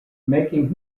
making